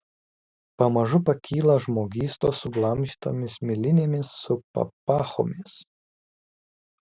pamažu pakyla žmogystos suglamžytomis milinėmis su papachomis